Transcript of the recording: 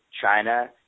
China